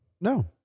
No